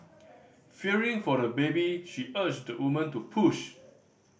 fearing for the baby she urged the woman to push